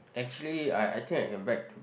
actually I I think I can beg to